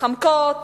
מתחמקות